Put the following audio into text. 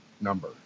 number